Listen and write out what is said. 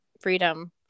freedom